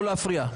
לא להפריע.